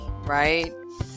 right